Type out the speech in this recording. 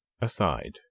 aside